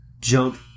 Jump